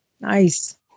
Nice